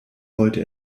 wollte